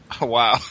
Wow